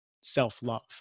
self-love